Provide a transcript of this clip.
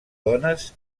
dones